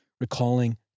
recalling